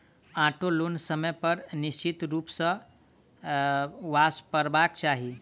auto loan समय पर निश्चित रूप सॅ वापसकरबाक चाही